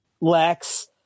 Lex